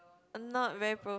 I'm not very pro~